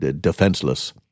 defenseless